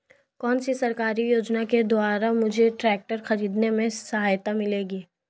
कौनसी सरकारी योजना के द्वारा मुझे ट्रैक्टर खरीदने में सहायता मिलेगी?